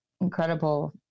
incredible